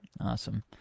Awesome